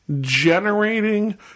generating